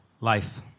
Life